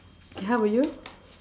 okay how about you